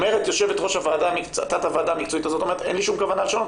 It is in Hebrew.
אומרת יו"ר תת הוועדה המקצועית 'אין לי שום כוונה לשנות,